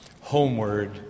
homeward